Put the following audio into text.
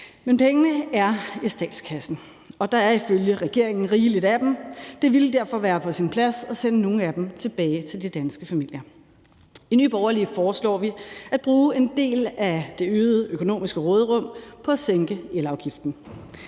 Men pengene er i statskassen, og der er ifølge regeringen rigeligt af dem. Det ville derfor være på sin plads at sende nogle af dem tilbage til de danske familier. I Nye Borgerlige foreslår vi at bruge en del af det økonomiske råderum på at sænke elafgiften.